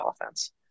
offense